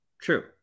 true